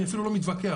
אני אפילו לא מתווכח,